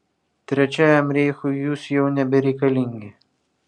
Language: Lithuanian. trečiajam reichui jūs jau nebereikalingi